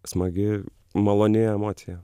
smagi maloni emocija